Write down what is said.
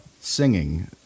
singing